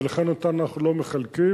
ולכן אותן אנחנו לא מחלקים.